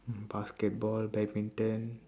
basketball badminton